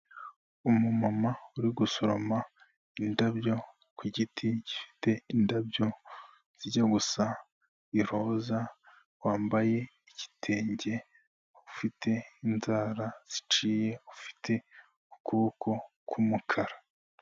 Umumama uri gusoroma indabyo ku giti gifite indabyo zijya gusa iroza, wambaye igitenge, ufite inzara ziciye, ufite ukuboko k'umukara.